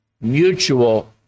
mutual